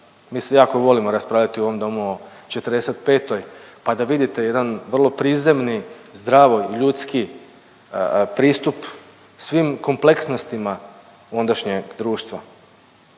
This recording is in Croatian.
Mi se jako volimo raspravljati u ovom domu o '45-oj pa da vidite jedan vrlo prizemni, zdravo i ljudski pristup svim kompleksnostima ondašnjeg društva.